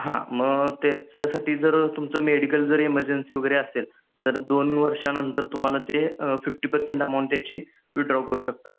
हां मग त्याच्यासाठी जर तुमचं मेडिकल जर इमर्जन्सी वगैरे असेल तर दोन वर्षानंतर तुम्हाला ते फिफ्टी पर्सेंट अमाऊंट त्याची विड्रॉ करू शकता